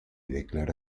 declara